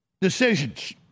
decisions